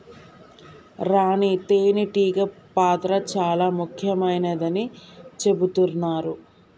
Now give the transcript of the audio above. రాణి తేనే టీగ పాత్ర చాల ముఖ్యమైనదని చెబుతున్నరు